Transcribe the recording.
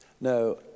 No